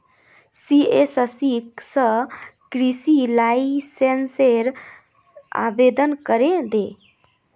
CSC स कृषि लाइसेंसेर आवेदन करे दे